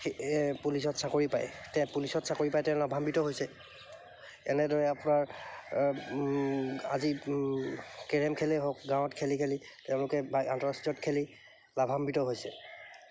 পুলিচত চাকৰি পায় তেওঁ পুলিচত চাকৰি পায় তেওঁ লাভাম্বিত হৈছে এনেদৰে আপোনাৰ আজি কেৰম খেলেই হওক গাঁৱত খেলি খেলি তেওঁলোকে আন্তঃৰাষ্ট্ৰীয়ত খেলি লাভাম্বিত হৈছে